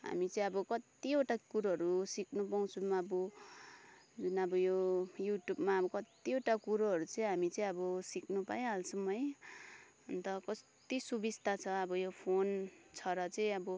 हामी चाहिँ कतिवटा कुरोहरू सिक्न पाउँछौँ अब जुन अब यो युट्युबमा अब कतिवटा कुरोहरू चाहिँ हामी चाहिँ अब यो सिक्न पाइहाल्छौँ है अन्त कति सुबिस्ता छ अब यो फोन छ र चाहिँ अब